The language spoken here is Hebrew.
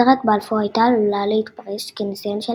הצהרת בלפור הייתה עלולה להתפרש כניסיון של